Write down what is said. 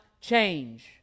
change